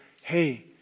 hey